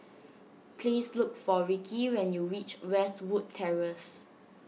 please look for Ricki when you reach Westwood Terrace